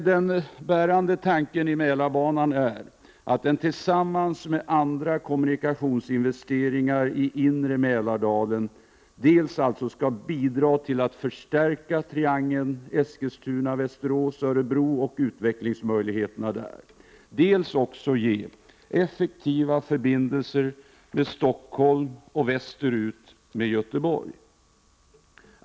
Den bärande tanken med Mälarbanan är att den — tillsammans med andra kommunikationsinvesteringar i inre Mälardalen — dels skall bidra till att förstärka triangeln Eskilstuna— Västerås— Örebro och utvecklingsmöjligheterna där, dels skall ge effektiva förbindelser med Stockholm och västerut med Göteborg.